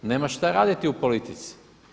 Nema šta raditi u politici.